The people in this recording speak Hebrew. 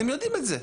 אתם יודעים את זה,